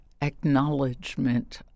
acknowledgement